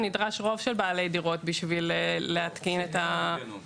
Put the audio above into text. נדרש רוב של בעלי דירות כדי להתקין --- כשאין